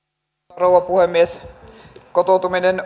rouva puhemies kotoutuminen